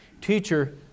Teacher